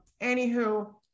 anywho